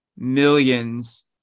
millions